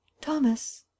Thomas